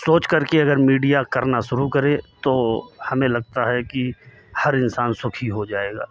सोच कर के अगर मीडिया करना शुरू करे तो हमें लगता है कि हर इंसान सुखी हो जाएगा